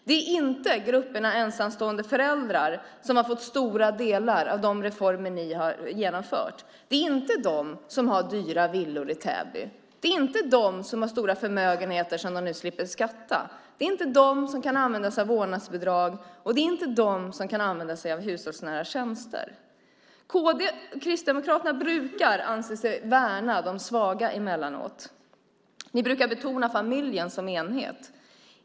Det är inte gruppen ensamstående föräldrar som fått stora fördelar av de reformer som alliansen genomfört. Det är inte den gruppen som har dyra villor i Täby och stora förmögenheter som de nu slipper skatta för. Det är inte heller de som kan använda sig av vårdnadsbidrag och av hushållsnära tjänster. Kristdemokraterna brukar emellanåt säga sig värna de svaga. De brukar betona familjen som enhet.